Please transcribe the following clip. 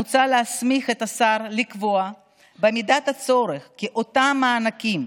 מוצע להסמיך את השר לקבוע במידת הצורך כי אותם מענקים,